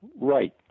Right